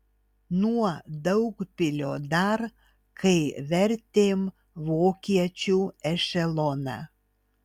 nuo daugpilio dar kai vertėm vokiečių ešeloną